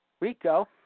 Rico